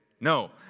No